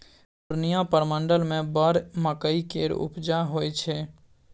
पूर्णियाँ प्रमंडल मे बड़ मकइ केर उपजा होइ छै